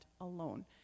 alone